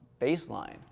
baseline